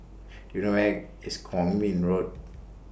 Do YOU know Where IS Kwong Min Road